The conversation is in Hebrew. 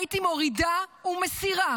הייתי מורידה ומסירה,